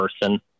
person